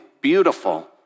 beautiful